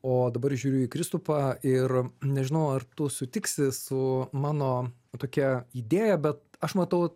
o dabar žiūriu į kristupą ir nežinau ar tu sutiksi su mano tokia idėja bet aš matau